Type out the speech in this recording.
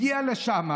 הגיע לשם,